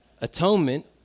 atonement